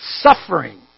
suffering